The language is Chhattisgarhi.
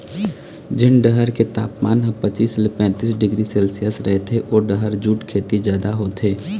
जेन डहर के तापमान ह पचीस ले पैतीस डिग्री सेल्सियस रहिथे ओ डहर जूट खेती जादा होथे